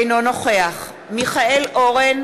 אינו נוכח מיכאל אורן,